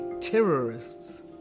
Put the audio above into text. terrorists